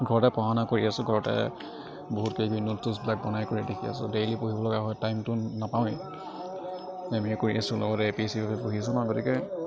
ঘৰতে পঢ়া শুনা কৰি আছো ঘৰতে বহুত কিবাকিবি নোটচ চোটচবিলাক বনাই কৰি লিখি আছো ডেইলী পঢ়িব লগা হয় টাইমটো নাপাৱেই এম এ কৰি আছো লগতে এ পি এছ চি বাবে পঢ়ি আছো ন গতিকে